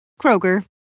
Kroger